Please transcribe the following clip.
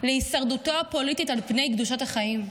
להישרדותו הפוליטית, על פני קדושת החיים,